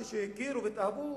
כשהכירו והתאהבו,